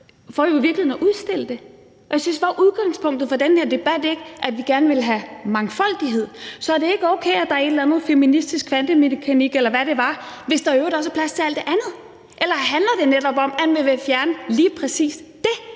jo i virkeligheden at udstille det. Men var udgangspunktet for den her debat ikke, at vi gerne ville have mangfoldighed, så er det ikke okay, at der er noget feministisk kvantemekanik, eller hvad det var, hvis der i øvrigt også er plads til alt det andet, eller handler det netop om, at man vil fjerne lige præcis det?